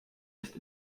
ist